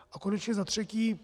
A konečně za třetí.